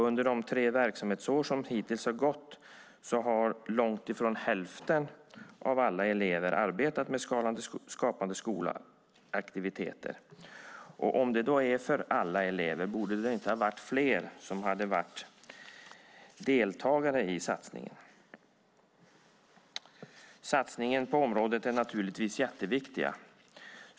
Under de tre verksamhetsår som hittills har gått har långt ifrån hälften av alla elever arbetat med Skapande skola-aktiviteter. Borde inte fler ha deltagit i satsningen om det är för alla elever? Satsningen på området är naturligtvis jätteviktig.